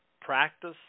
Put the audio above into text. practice